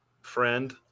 friend